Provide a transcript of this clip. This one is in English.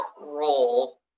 role